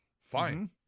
Fine